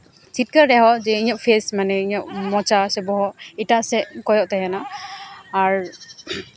ᱪᱷᱤᱴᱠᱟᱹᱜ ᱨᱮᱦᱚᱸ ᱡᱮ ᱤᱧᱟᱹᱜ ᱯᱷᱮ ᱥ ᱢᱟᱱᱮ ᱤᱧᱟᱹᱜ ᱢᱚᱪᱟ ᱥᱮ ᱵᱚᱦᱚᱜ ᱮᱴᱟᱜ ᱥᱮᱫ ᱠᱚᱭᱚᱜ ᱛᱟᱦᱮᱱᱟ ᱟᱨ